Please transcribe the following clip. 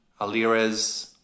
Alirez